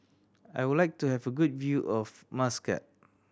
I would like to have a good view of Muscat